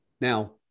now